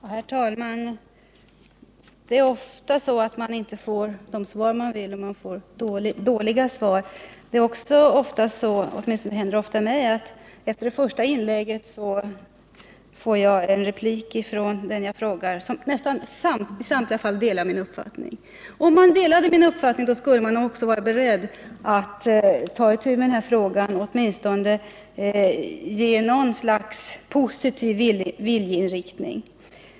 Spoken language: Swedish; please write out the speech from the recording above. Herr talman! Det är ofta så att man inte får det svar man vill ha och att man får dåliga svar. Det är också ofta så — det händer åtminstone ofta mig — att jag efter det första inlägget får en replik från den jag har frågat, som i nästan samtliga fall delar min uppfattning. Om man delade min uppfattning borde man också vara beredd att ta itu med denna fråga och åtminstone ge uttryck för någon positiv viljeinriktning.